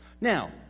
Now